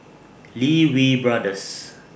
Lee Wee Brothers